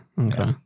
Okay